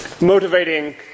motivating